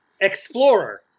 Explorer